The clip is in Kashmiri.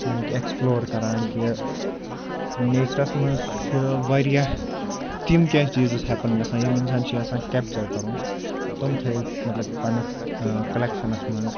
یعنی کہِ اٮ۪کٕسپٕلور کَران کہِ نیٚچرَس منٛز چھِ واریاہ تِم کیٚنٛہہ چیٖزٕز ہٮ۪پَن گَژھان یِم اِنسان چھِ آسان کٮ۪پچَر کَرُن تِم تھٲیِتھ مطلب پَنٛنِس کَلٮ۪کشَنَس منٛز